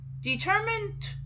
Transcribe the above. Determined